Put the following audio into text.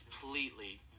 completely